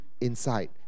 Inside